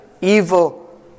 evil